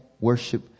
worship